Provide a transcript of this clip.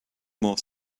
more